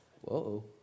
Whoa